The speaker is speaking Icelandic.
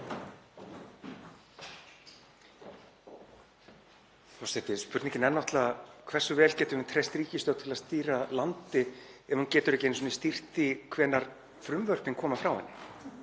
Spurningin er náttúrlega hversu vel við getum treyst ríkisstjórn til að stýra landi ef hún getur ekki einu sinni stýrt því hvenær frumvörpin koma frá henni.